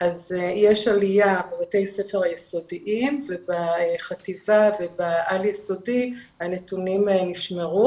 אז יש עלייה בבתי הספר היסודיים ובחטיבה ובעל יסודי הנתונים נשמרו.